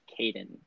Caden